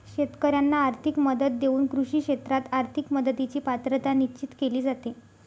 शेतकाऱ्यांना आर्थिक मदत देऊन कृषी क्षेत्रात आर्थिक मदतीची पात्रता निश्चित केली जाते